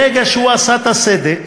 ברגע שהוא עשה את הסדק,